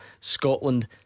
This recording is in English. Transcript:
Scotland